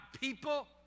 people